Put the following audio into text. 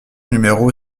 numéro